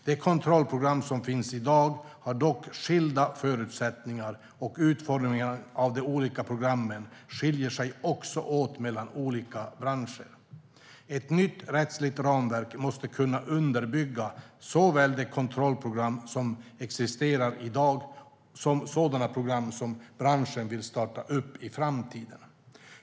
De kontrollprogram som finns i dag har dock skilda förutsättningar, och utformningen av de olika programmen skiljer sig också åt mellan olika branscher. Ett nytt rättsligt ramverk måste kunna underbygga såväl de kontrollprogram som existerar i dag som sådana program som branschen vill starta i framtiden.